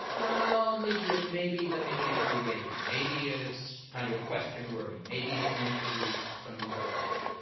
well, maybe it's maybe but maybe it's re-waiting. maybe it's kind of question wording. maybe it's length of recall, some of these other things.